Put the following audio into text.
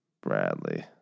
Bradley